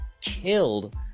killed